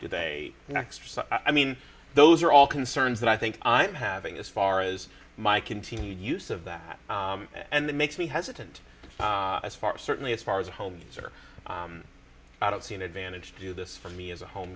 do they i mean those are all concerns that i think i'm having as far as my continued use of that and that makes me hesitant as far certainly as far as home user i don't see an advantage to do this for me as a home